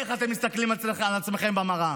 איך אתם מסתכלים על עצמכם במראה?